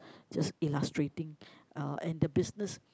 just illustrating uh and the business